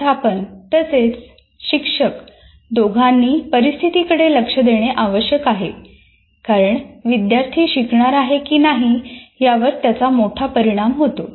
व्यवस्थापन तसेच शिक्षक दोघांनी परिस्थितीकडे लक्ष देणे आवश्यक आहे कारण विद्यार्थी शिकणार आहे की नाही यावर त्याचा मोठा परिणाम होतो